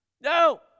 no